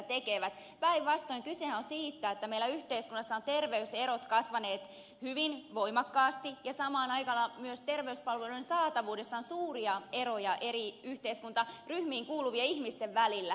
päinvastoin kysehän on siitä että meillä yhteiskunnassa ovat terveyserot kasvaneet hyvin voimakkaasti ja samaan aikaan myös terveyspalveluiden saatavuudessa on suuria eroja eri yhteiskuntaryhmiin kuuluvien ihmisten välillä